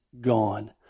gone